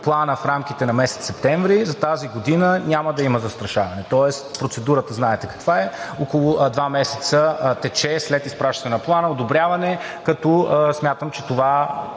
Плана в рамките на месец септември, за тази година няма да има застрашаване. Тоест процедурата знаете каква е – около два месеца след изпращане на Плана тече одобряване, като смятам, че ако